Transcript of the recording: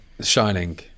Shining